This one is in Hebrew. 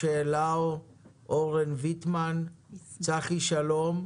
אורן ויסמן, מנכ"ל חברת טלקום.